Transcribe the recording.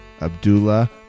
Abdullah